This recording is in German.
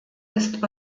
ist